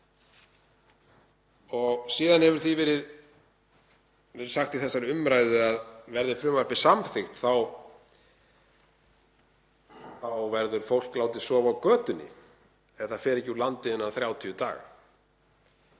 Síðan hefur verið sagt í þessari umræðu að verði frumvarpið samþykkt þá verði fólk látið sofa á götunni ef það fer ekki úr landi innan 30 daga.